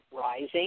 rising